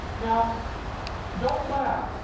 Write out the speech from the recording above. now don't laugh.